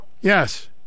yes